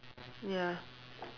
ya